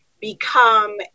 become